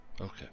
Okay